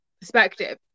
perspective